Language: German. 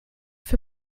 für